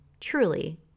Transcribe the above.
truly